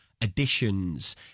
additions